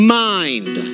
mind